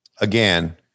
Again